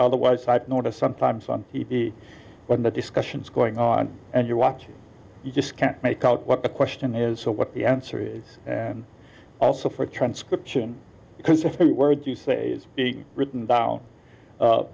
otherwise i've noticed sometimes on t v when the discussions going on and you're watching you just can't make out what the question is what the answer is and also for transcription because the word you say is written down